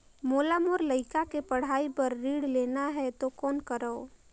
मोला मोर लइका के पढ़ाई बर ऋण लेना है तो कौन करव?